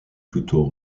plutôt